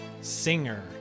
Singer